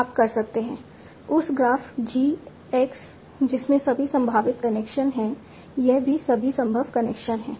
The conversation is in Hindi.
आप कर सकते हैं उस ग्राफ G x जिसमें सभी संभावित कनेक्शन हैं यह भी सभी संभव कनेक्शन हैं